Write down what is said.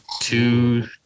two